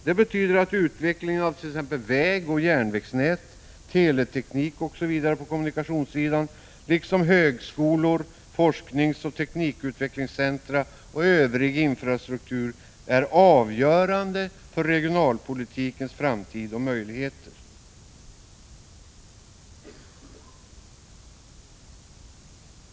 Det betyder att utvecklingen av t.ex. vägoch järnvägsnät, teleteknik, osv. på kommunikationssidan liksom av högskolor, forskningsoch teknikutvecklingscentra och övrig infrastruktur är avgörande för regionalpolitikens framtid och möjligheter.